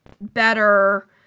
better